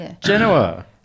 Genoa